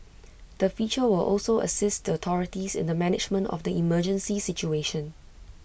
the feature will also assist the authorities in the management of the emergency situation